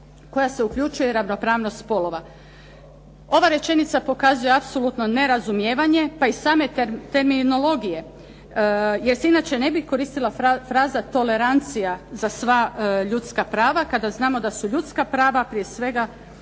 koja se uključuje ravnopravnost spolova. Ova rečenica pokazuje apsolutno nerazumijevanje pa i same terminologije, jer se inače ne bi koristila fraza tolerancija za sva ljudska prava kada znamo da su ljudska prava prije svega